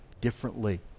differently